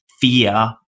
fear